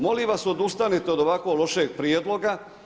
Molim vas odustanite od ovako lošeg prijedloga.